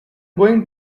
going